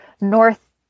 North